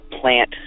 plant